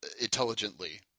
intelligently